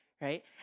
Right